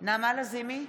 נעמה לזימי,